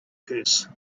curse